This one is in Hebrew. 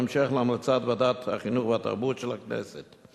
וזאת בהמשך להמלצת ועדת החינוך והתרבות של הכנסת.